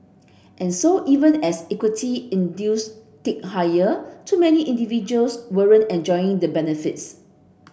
and so even as equity induce tick higher too many individuals weren't enjoying the benefits